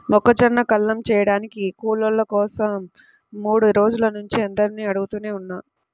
మొక్కజొన్న కల్లం చేయడానికి కూలోళ్ళ కోసరం మూడు రోజుల నుంచి అందరినీ అడుగుతనే ఉన్నా